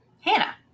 Hannah